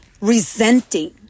Resenting